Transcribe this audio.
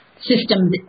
system